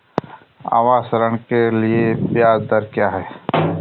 आवास ऋण के लिए ब्याज दर क्या हैं?